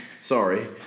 sorry